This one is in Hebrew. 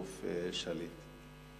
החטוף שליט.